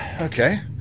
okay